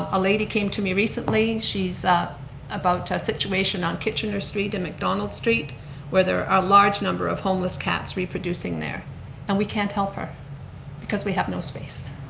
ah a lady came to me recently. she's ah about a situation on kitchener street in mcdonald street where there are large number of homeless cats reproducing there and we can't help her because we have no space.